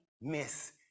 miss